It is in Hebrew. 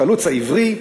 החלוץ העברי,